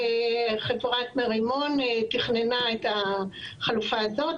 וחברת מרימון תכננה את החלופה הזאת.